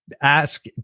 ask